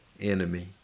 enemy